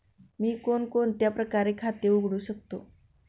मी कोणकोणत्या प्रकारचे खाते उघडू शकतो?